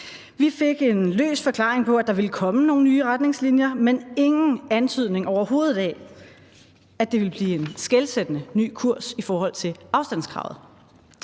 vi fik en løs forklaring på, at der ville komme nogle nye retningslinjer, men overhovedet ingen antydning af, at det ville blive en skelsættende ny kurs i forhold til afstandskravet.